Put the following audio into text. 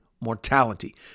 mortality